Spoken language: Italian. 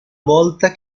volta